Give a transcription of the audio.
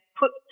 put